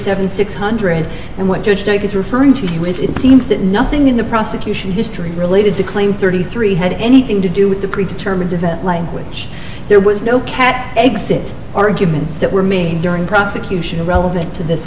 seven six hundred and what your stake is referring to here is it seems that nothing in the prosecution history related to claim thirty three had anything to do with the pre determined event language there was no cat exit arguments that were mean during prosecution relevant to this